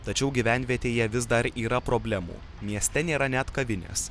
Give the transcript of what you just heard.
tačiau gyvenvietėje vis dar yra problemų mieste nėra net kavinės